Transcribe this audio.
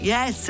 Yes